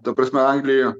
ta prasme anglijoj